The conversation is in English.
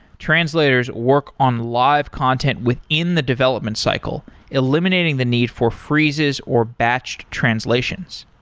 translators work on live content within the development cycle, eliminating the need for freezes or batched translations.